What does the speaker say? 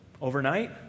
Overnight